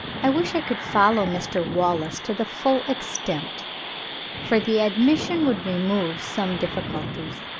i wish i could follow mr. wallace to the full extent for the admission would remove some difficulties.